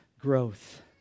growth